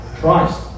Christ